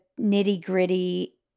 nitty-gritty